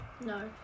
no